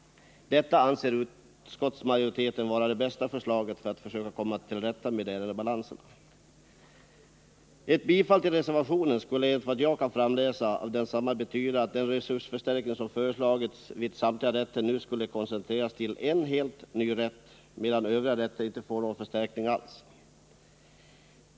Detta anser utskottsmajoriteten vara det bästa förslaget för att komma till rätta med ärendebalanserna. Ett bifall till reservationen skulle, enligt vad jag kan framläsa, betyda att den resursförstärkning vid samtliga rätter som föreslagits nu skulle koncentreras till en helt ny rätt, medan övriga rätter inte skulle få någon förstärkning alls.